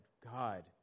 God